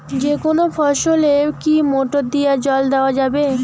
যেকোনো ফসলে কি মোটর দিয়া জল দেওয়া যাবে?